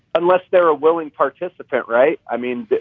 unless they're a willing participant, right. i mean,